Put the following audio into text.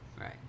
Right